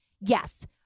Yes